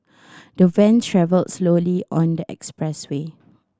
the van travelled slowly on the expressway